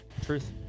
Truth